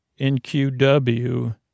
NQW